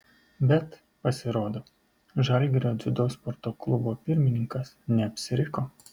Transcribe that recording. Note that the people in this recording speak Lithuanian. bet pasirodo žalgirio dziudo sporto klubo pirmininkas neapsiriko